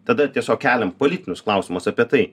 tada tiesiog keliam politinius klausimus apie tai